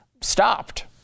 stopped